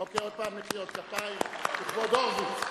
אוקיי, עוד פעם מחיאות כפיים, לכבוד הורוביץ.